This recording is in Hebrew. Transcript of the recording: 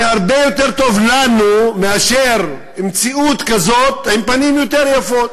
זה הרבה יותר טוב לנו מאשר מציאות כזאת עם פנים יותר יפות,